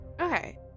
Okay